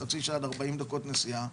חצי שעה עד 40 דקות נסיעה.